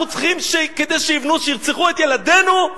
אנחנו צריכים שכדי שיבנו, שירצחו את ילדינו?